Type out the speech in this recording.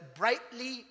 brightly